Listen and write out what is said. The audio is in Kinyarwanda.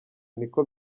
niko